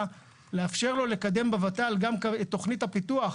לאפשר לו לקדם בות"ל גם את תוכנית הפיתוח,